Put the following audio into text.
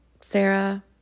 Sarah